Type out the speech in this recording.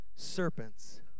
serpents